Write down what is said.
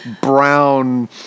brown